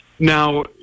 Now